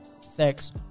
Sex